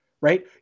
right